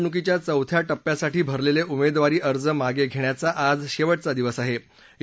लोकसभा निवडणुकीच्या चौथ्या टप्प्यासाठी भरलेले उमेदवारी अर्ज मागे घेण्याचा आज शेवटचा दिवस आहे